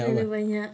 terlalu banyak